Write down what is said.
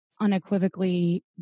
unequivocally